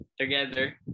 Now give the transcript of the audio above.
together